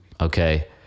okay